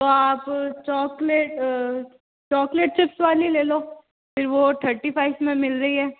तो आप chocolate chocolate chips वाली लेलो फिर वो थर्टी फाइप में मिल रही है